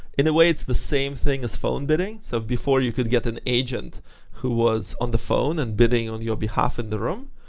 in a way, it's the same thing as phone bidding. so before you can get an agent who was on the phone and bidding on your behalf in the room,